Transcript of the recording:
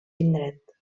indret